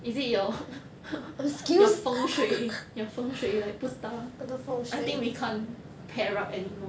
is it your your 风水 your 风水 like 不搭 I think we can't pair up anymore